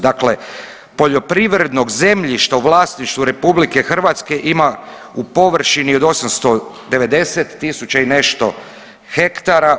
Dakle, poljoprivrednog zemljišta u vlasništvu RH ima u površini od 890 tisuća i nešto hektara.